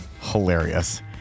hilarious